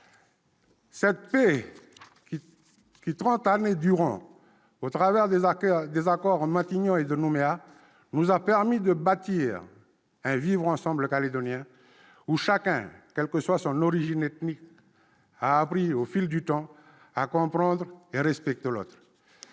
Cette paix qui, trente années durant, au travers des accords de Matignon et de Nouméa, nous a permis de bâtir un vivre ensemble calédonien, dans lequel chacun, quelle que soit son origine ethnique, a appris, au fil du temps, à comprendre l'autre